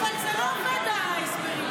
אבל זה לא עובד, ההסברים.